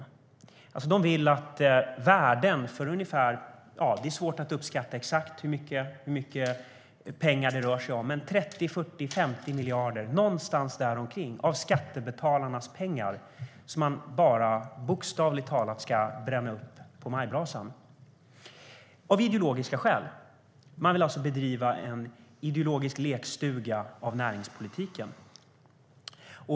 De vill alltså att värden för ungefär 30, 40, 50 miljarder - det är svårt att uppskatta exakt hur mycket det rör sig om, men någonstans däromkring - av skattebetalarnas pengar bildligt talat ska brännas upp i majbrasan. Det vill de av ideologiska skäl. De vill alltså ha ideologisk lekstuga i näringspolitiken.